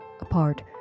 apart